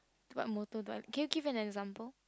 what motto do I can you give an example